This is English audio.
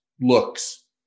looks